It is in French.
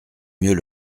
mieux